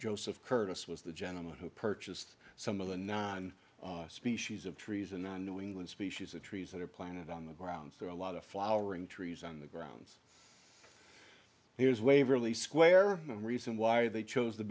joseph curtis was the gentleman who purchased some of the nine species of trees in the new england species of trees that are planted on the ground so a lot of flowering trees on the grounds here is waverly square and reason why they chose the